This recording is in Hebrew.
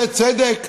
זה צדק?